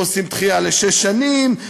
ועושים דחייה לשש שנים,